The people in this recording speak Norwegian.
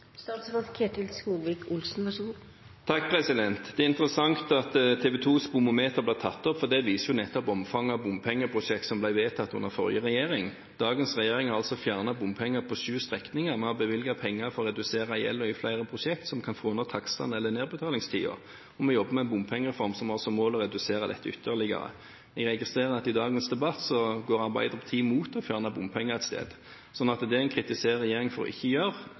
Det er interessant at TV 2s bomometer blir tatt opp, for det viser jo nettopp omfanget av bompengeprosjekter som ble vedtatt under forrige regjering. Dagens regjering har fjernet bompenger på sju strekninger, vi har bevilget penger for å redusere gjelden i flere prosjekter, som kan få ned takstene eller nedbetalingstiden, og vi jobber med en bompengereform som har som mål å redusere dette ytterligere. Jeg registrerer at i dagens debatt går Arbeiderpartiet imot å fjerne bompenger et sted, slik at det en kritiserer regjeringen for ikke å gjøre, stemmer en selv for og er med på å lage et flertall for at ikke